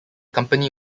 company